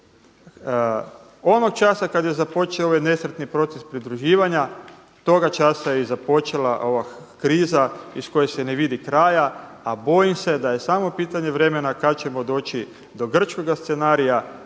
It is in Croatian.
Onog časa kada je započeo ovaj nesretni proces pridruživanja, toga časa je i započela ova kriza iz koje se ne vidi kraja. A bojim se da je samo pitanje vremena kada ćemo doći do grčkoga scenarija,